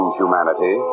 humanity